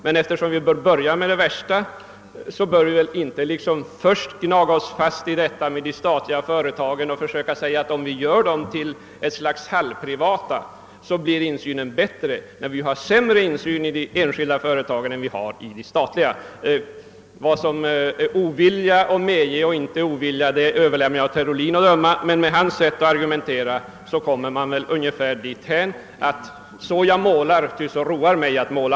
Men eftersom vi bör börja med det värsta skall vi väl inte först liksom bita oss fast vid de statliga företagen och göra gällande att insynen blir bättre, om vi förvandlar dem till något slags halvprivata företag, då vi ju har sämre insyn inom de enskilda företagen än inom de statliga. Vad som är ovilja att medge insyn eller inte överlämnar jag till herr Ohlin att avgöra, men om hans sätt att argumentera kan man väl säga: Så jag målar, ty så roar mig att måla.